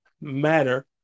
matter